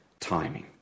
timing